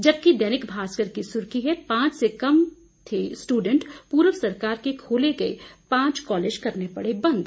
जबकि दैनिक भास्कर की सुर्खी है पांच से भी कम थे स्ट्रेंट पूर्व सरकार के खोले गए पांच कॉलेज करने पड़े बंद